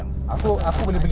oh